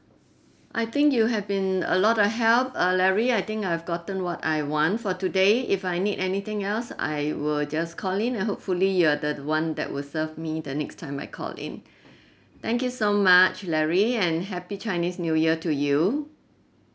I think you have been a lot of help uh larry I think I've gotten what I want for today if I need anything else I will just call in and hopefully you are the one that will serve me the next time I call in thank you so much larry and happy chinese new year to you